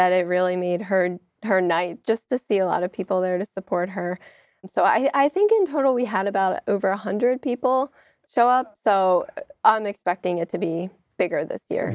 that it really made her her night just to see a lot of people there to support her so i think in total we had about over one hundred people show up so i'm expecting it to be bigger this year